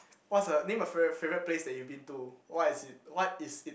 what's the name a favourite favourite place that you've been to what's it what is it